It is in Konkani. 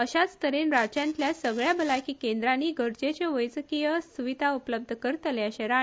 अशाच तरेन राज्यातल्या सगळ्या भलायकी केंद्रानी गरजेच्यो वैजकीय सुविधा उपलब्ध करतले अशें श्री